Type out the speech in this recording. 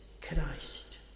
Christ